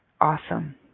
Awesome